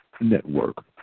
Network